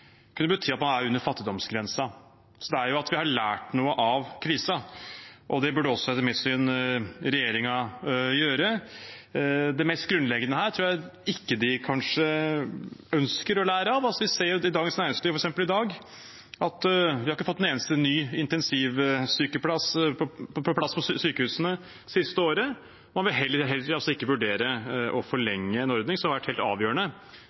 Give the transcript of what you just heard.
kunne bety at man er under fattigdomsgrensen. Vi har lært noe av krisen, og det burde etter mitt syn også regjeringen gjøre. Det mest grunnleggende her tror jeg kanskje ikke de ønsker å lære av. Vi ser f.eks. i Dagens Næringsliv i dag at vi ikke har fått en eneste ny intensivplass på sykehusene det siste året, og man vil heller ikke vurdere å forlenge en ordning som har vært helt avgjørende